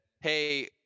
hey